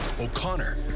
O'Connor